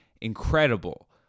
incredible